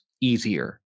easier